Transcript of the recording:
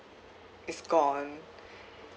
is gone